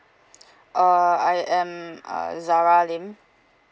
uh I am uh zara lim